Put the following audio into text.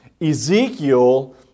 Ezekiel